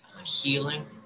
Healing